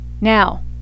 Now